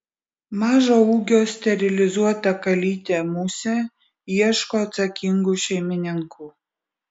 mažo ūgio sterilizuota kalytė musė ieško atsakingų šeimininkų